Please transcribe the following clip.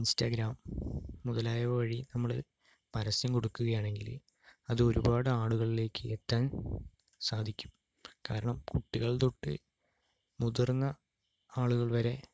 Instagram മുതലായവ വഴി നമ്മള് പരസ്യം കൊടുക്കുകയാണെങ്കില് അത് ഒരുപാട് ആളുകളിലേക്ക് എത്താൻ സാധിക്കും കാരണം കുട്ടികൾ തൊട്ട് മുതിർന്ന ആളുകൾ വരെ